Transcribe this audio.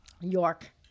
York